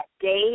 day